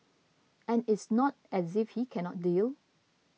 and it's not as if he cannot deal